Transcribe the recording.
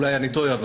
אולי אני טועה.